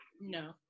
No